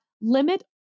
limit